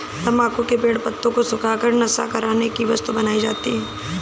तम्बाकू के पेड़ पत्तों को सुखा कर नशा करने की वस्तु बनाई जाती है